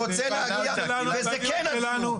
וזה כן הדיון.